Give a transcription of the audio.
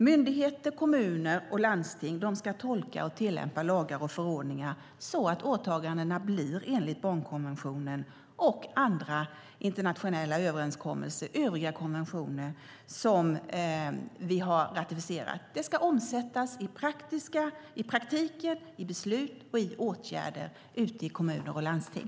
Myndigheter, kommuner och landsting ska tolka och tillämpa lagar och förordningar så att åtagandena blir enligt barnkonventionen och andra internationella överenskommelser, övriga konventioner som vi har ratificerat. Det ska omsättas i praktiken, i beslut och i åtgärder ute i kommuner och landsting.